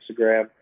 Instagram